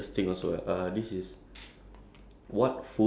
K so I start or you start